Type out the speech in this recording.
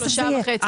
שלושה וחצי.